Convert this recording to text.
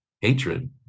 hatred